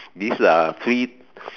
this uh free